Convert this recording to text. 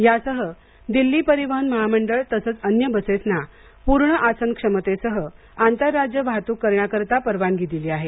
यासह दिल्ली परिवहन महामंडळ तसंच अन्य बसेसना पूर्ण आसनक्षमतेसह आंतर राज्य वाहतूक करण्याकरिता परवानगी दिली आहे